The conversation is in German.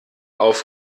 auf